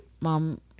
mom